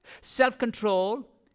Self-control